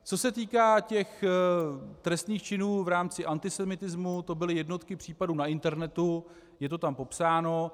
Co se týká těch trestných činů v rámci antisemitismu, to byly jednotky případů na internetu, je to tam popsáno.